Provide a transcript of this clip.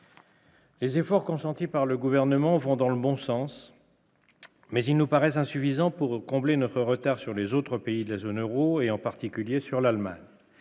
Les efforts consentis par le gouvernement vont dans le bon sens mais il nous paraissait insuffisant pour combler notre retard sur les autres pays de la zone Euro et en particulier sur l'Allemagne,